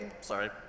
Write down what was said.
sorry